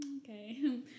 okay